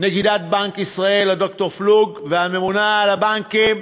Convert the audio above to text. נגידת בנק ישראל, ד"ר פלוג, ואת הממונה על הבנקים,